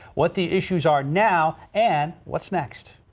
what the issues are now and what's next.